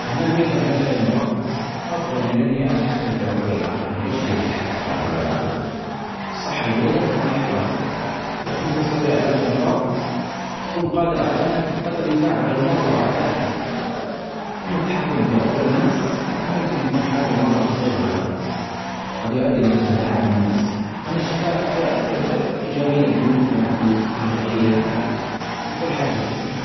أنا أميل لعلاج أي مرض أفظل إني أتحكم في عقول الآخرين. إيش في بالتحكم في عقول الآخرين. الصحة الجيدة تعني حياة أفظل. إذا كنت تستطيع علاج الأمراض تكون قادر علي أنك تقدم مساعدة للمرضي وعائلاتهم. أما التحكم في عقول الناس يعني ممكن يكون حاجة مرة خطيرة هادي. قد يؤدي أنك تتلاعب بالناس لكن الشفاء يؤثر إيجابيا في المجتمع في البشرية ، في في كل حاجة.